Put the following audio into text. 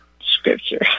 scripture